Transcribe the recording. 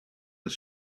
his